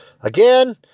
again